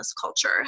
culture